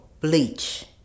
bleach